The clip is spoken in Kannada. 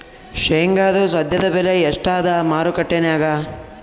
ಶೇಂಗಾದು ಸದ್ಯದಬೆಲೆ ಎಷ್ಟಾದಾ ಮಾರಕೆಟನ್ಯಾಗ?